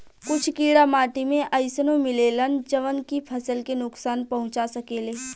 कुछ कीड़ा माटी में अइसनो मिलेलन जवन की फसल के नुकसान पहुँचा सकेले